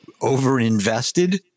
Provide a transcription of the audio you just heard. overinvested